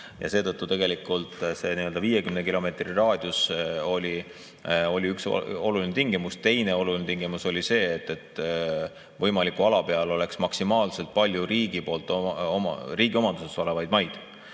Ja seetõttu tegelikult see 50 kilomeetri raadius oli üks oluline tingimus. Teine oluline tingimus oli see, et võimaliku ala peal oleks maksimaalselt palju riigi omanduses olevaid maid.